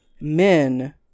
men